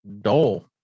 dull